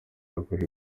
bakomeje